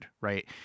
right